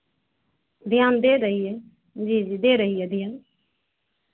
जी हम दे देंगे जी जी दे रही हैं ध्यान